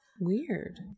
weird